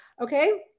Okay